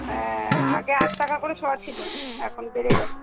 হ্যাঁ আগে আট টাকা করে শ ছিল এখন বেড়ে গেছে